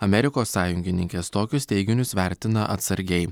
amerikos sąjungininkės tokius teiginius vertina atsargiai